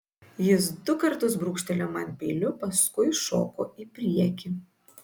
jis du kartus brūkštelėjo man peiliu paskui šoko į priekį